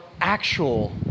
actual